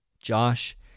Josh